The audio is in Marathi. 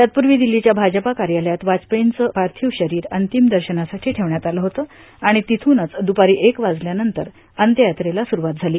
तत्पूर्वी दिल्लीच्या भाजपा कार्यालयात वाजपेर्यीचे पार्थिव शरीर अंतिम दर्शनासाठी ठेवण्यात आलं होतं आणि तिथुनच दुपारी एक वाजल्यानंतर अंत्य यात्रेला सुरूवात झाली